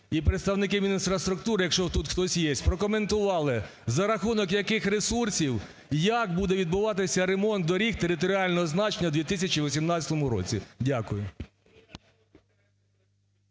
і представники Мінінфраструктури, якщо тут хтось єсть, прокоментували за рахунок яких ресурсів, як буде відбуватися ремонт доріг територіального значення в 2018 році. Дякую.